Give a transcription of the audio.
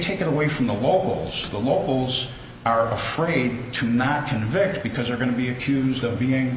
take away from the locals the locals are afraid to not convict because you're going to be accused of being